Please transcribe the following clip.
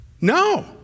No